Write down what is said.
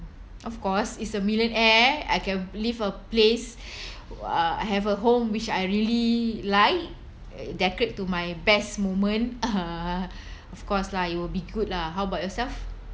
of course it's a millionaire I can live a place uh have a home which I really like decorate to my best moment uh of course lah it will be good lah how about yourself